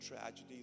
tragedies